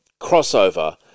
crossover –